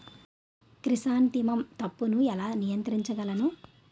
Chrysanthemum తప్పును ఎలా నియంత్రించగలను?